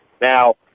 Now